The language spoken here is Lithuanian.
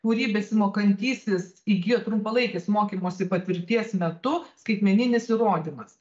kurį besimokantysis įgijo trumpalaikės mokymosi patirties metu skaitmeninis įrodymas